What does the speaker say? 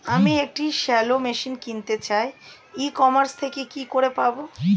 আমি একটি shallow machine কিনতে চাই ই কমার্স থেকে কি করে পাবো?